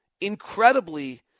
incredibly